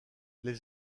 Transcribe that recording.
les